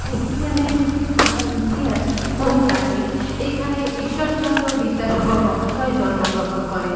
পশ্চিম মেদিনীপুর জেলার ইতিহাস বহু প্রাচীন এইখানে ঈশ্বরচন্দ্র বিদ্যাসাগর মহাশয় জন্মগ্রহণ করেন